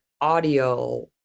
audio